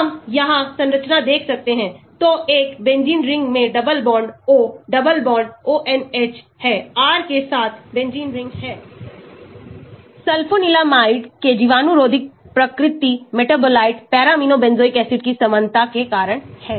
हम यहां संरचना देख सकते हैं तो एक बेंजीन रिंग में double bond O double bond ONH है R के साथ बेंजीन रिंग है सल्फेनिलमाइड्स के जीवाणुरोधी प्राकृतिक मेटाबोलाइट पैराअमीनो बेंजोइक एसिड की समानता के कारण है